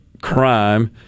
crime